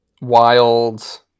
wild